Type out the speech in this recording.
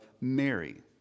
Mary